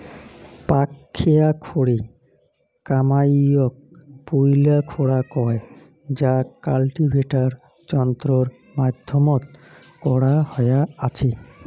পাকখেয়া খোরে কামাইয়ক পৈলা খোরা কয় যা কাল্টিভেটার যন্ত্রর মাধ্যমত করা হয়া আচে